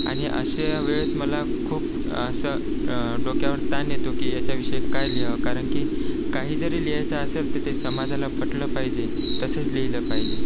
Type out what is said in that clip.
आणि अशा वेळेस मला खूप असा डोक्यावर ताण येतो की ह्याच्याविषयी काय लिहावं कारण की काही जरी लिहायचं असेल तर ते समाजाला पटलं पाहिजे तसंच लिहिलं पाहिजे